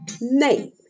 name